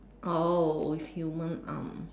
oh with human arm